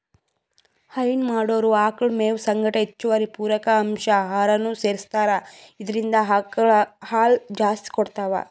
ಹೈನಾ ಮಾಡೊರ್ ಆಕಳ್ ಮೇವ್ ಸಂಗಟ್ ಹೆಚ್ಚುವರಿ ಪೂರಕ ಅಂಶ್ ಆಹಾರನೂ ಸೆರಸ್ತಾರ್ ಇದ್ರಿಂದ್ ಆಕಳ್ ಹಾಲ್ ಜಾಸ್ತಿ ಕೊಡ್ತಾವ್